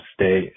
stay